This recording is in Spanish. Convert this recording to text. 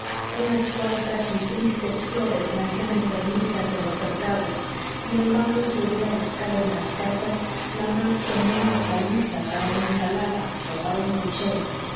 unas cuantas y tristes flores nacían enfermizas en los cercados y en vano se hubiera buscado en las casas la más común hortaliza para una ensalada o para un puchero